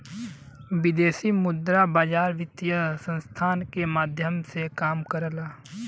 विदेशी मुद्रा बाजार वित्तीय संस्थान के माध्यम से काम करला